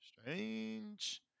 strange